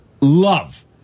Love